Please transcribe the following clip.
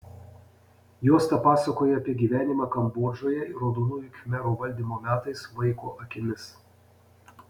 juosta pasakoja apie gyvenimą kambodžoje raudonųjų khmerų valdymo metais vaiko akimis